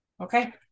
Okay